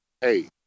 hey